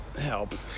help